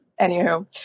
anywho